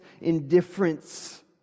indifference